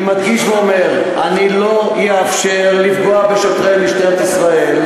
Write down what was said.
אני מדגיש ואומר: אני לא אאפשר לפגוע בשוטרי משטרת ישראל,